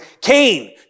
Cain